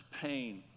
pain